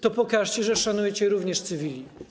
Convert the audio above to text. To pokażcie, że szanujecie również cywili.